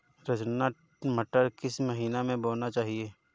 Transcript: रचना मटर किस महीना में बोना चाहिए?